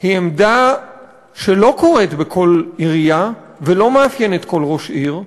היא עמדה שלא קורית בכל עירייה ולא מאפיינת כל ראש עיר.